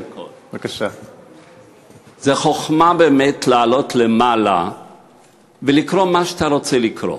זו חוכמה, באמת, לעלות ולקרוא מה שאתה רוצה לקרוא,